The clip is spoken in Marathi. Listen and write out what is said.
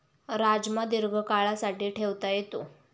राजमा दीर्घकाळासाठी ठेवता येतो